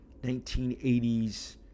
1980s